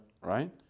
right